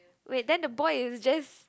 wait then the boy is just